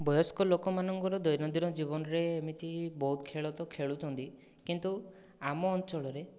ବୟସ୍କ ଲୋକମାନଙ୍କର ଦୈନନ୍ଦିନ ଜୀବନରେ ଏମିତି ବହୁତ ଖେଳ ତ ଖେଳୁଛନ୍ତି କିନ୍ତୁ ଆମ ଅଞ୍ଚଳରେ